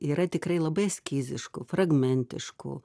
yra tikrai labai eskiziškų fragmentiškų